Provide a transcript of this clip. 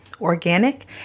organic